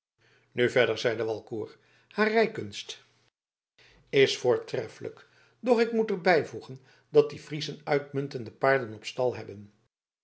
nu verder zeide walcourt haar rijkunst is voortreffelijk doch ik moet er bijvoegen dat die friezen uitmuntende paarden op stal hebben